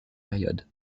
période